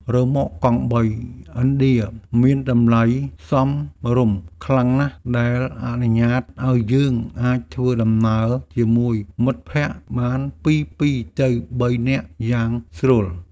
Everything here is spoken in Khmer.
រ៉ឺម៉កកង់បីឥណ្ឌាមានតម្លៃសមរម្យខ្លាំងណាស់ដែលអនុញ្ញាតឱ្យយើងអាចធ្វើដំណើរជាមួយមិត្តភក្តិបានពីពីរទៅបីនាក់យ៉ាងស្រួល។